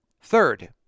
Third